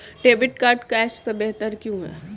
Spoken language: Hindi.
डेबिट कार्ड कैश से बेहतर क्यों है?